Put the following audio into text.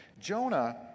Jonah